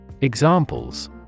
Examples